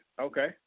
Okay